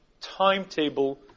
timetable